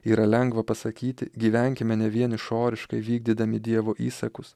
yra lengva pasakyti gyvenkime ne vien išoriškai vykdydami dievo įsakus